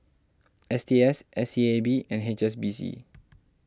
S T S S E A B and H S B C